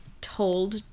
told